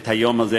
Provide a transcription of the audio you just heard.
את היום הזה,